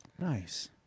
Nice